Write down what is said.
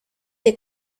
des